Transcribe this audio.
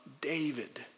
David